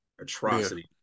atrocity